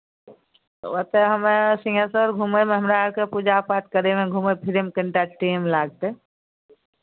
ओतय हमे सिंहेश्वर घुमयमे हमरा अरके पूजापाठ करयमे घुमय फिरयमे कनि टा टेम लागतै